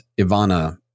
Ivana